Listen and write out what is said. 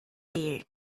there